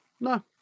No